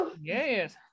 Yes